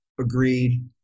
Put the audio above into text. agreed